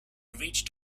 reached